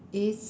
is